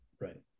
right